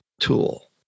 tool